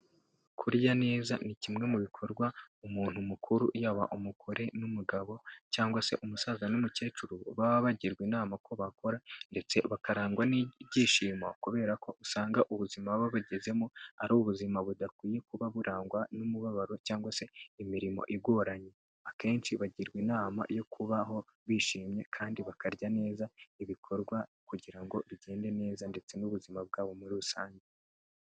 Kurya neza ni kimwe mu bikorwa umuntu mukuru yaba umugore n'umugabo cyangwa se umusaza n'umukecuru baba bagirwa inama ko bakora ndetse bakarangwa n'ibyishimo kubera ko usanga ubuzima baba bagezemo ari ubuzima budakwiye kuba burangwa n'umubabaro cyangwa se imirimo igoranye, akenshi bagirwa inama yo kubaho bishimye kandi bakarya neza ibikorwa kugira ngo bigende neza ndetse n'ubuzima bwabo muri rusange.